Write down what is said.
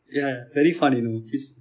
ya very funny